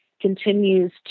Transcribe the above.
continues